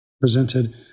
presented